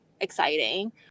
exciting